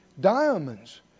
diamonds